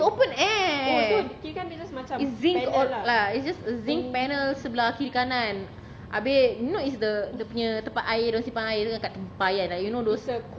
no it's open air it's zinc oak lah it's just a zinc panels sebelah kiri kanan habis you know it's the dia punya tempat air dia orang simpan air kat tempayan you know those